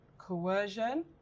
coercion